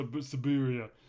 Siberia